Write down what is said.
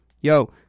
yo